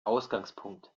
ausgangspunkt